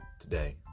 today